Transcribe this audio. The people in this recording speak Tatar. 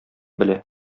белә